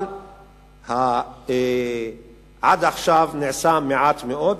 אבל עד עכשיו נעשה מעט מאוד,